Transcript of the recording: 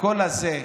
הקול הזה,